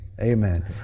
amen